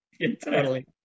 entirely